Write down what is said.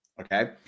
okay